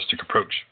approach